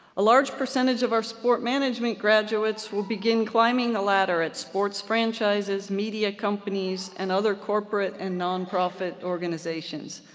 a large percentage of our sport management graduates will begin climbing a ladder at sports franchises, media companies, and other corporate and nonprofit organizations.